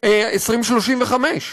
מיליון ב-2035.